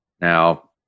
now